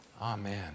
Amen